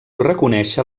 reconèixer